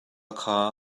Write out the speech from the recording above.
kha